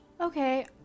Okay